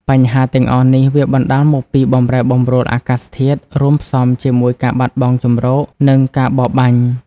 បញ្ហាទាំងអស់នេះ វាបណ្ដាលមកពីបម្រែបម្រួលអាកាសធាតុ រួមផ្សំជាមួយការបាត់បង់ជម្រក និងការបរបាញ់។